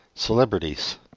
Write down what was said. Celebrities